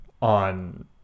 on